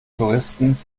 touristen